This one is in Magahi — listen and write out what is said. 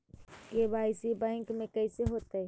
के.वाई.सी बैंक में कैसे होतै?